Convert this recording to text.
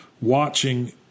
watching